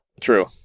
True